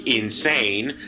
insane